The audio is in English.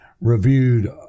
reviewed